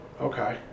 Okay